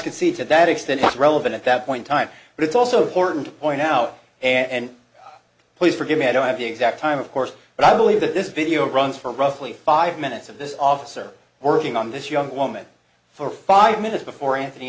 see to that extent it's relevant at that point time but it's also important to point out and please forgive me i don't have the exact time of course but i believe that this video runs for roughly five minutes of this officer working on this young woman for five minutes before anthony